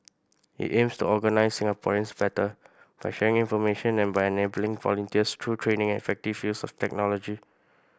it aims to organise Singaporeans better by sharing information and by enabling volunteers through training and effective use of technology